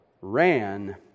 ran